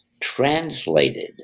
translated